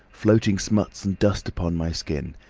floating smuts and dust upon my skin.